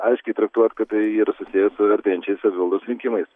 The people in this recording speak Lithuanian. aiškiai traktuot kad tai yra susiję su artėjančiais savivaldos rinkimais